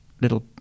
little